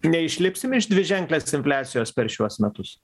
neišlipsim iš dviženklės infliacijos per šiuos metus